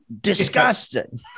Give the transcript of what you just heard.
Disgusting